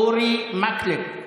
אורי מקלב.